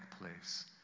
place